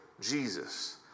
Jesus